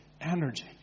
energy